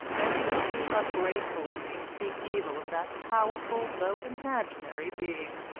and it would be ungrateful of me to speak evil of that powerful though imaginary being.